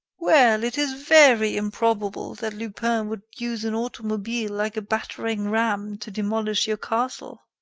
well! it is very improbable that lupin would use an automobile like a battering-ram to demolish your castle.